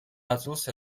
ნაწილს